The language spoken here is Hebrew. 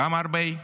בכמה הרבה?